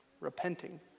repenting